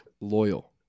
Loyal